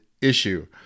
issue